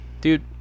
Dude